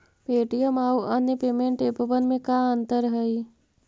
Paytm आउ अन्य payment एपबन में का अंतर हई?